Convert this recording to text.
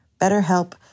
BetterHelp